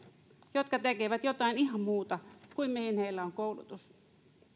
jotka tekevät jotain ihan muuta kuin mihin heillä on koulutus